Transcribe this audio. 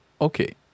Okay